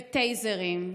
בטייזרים,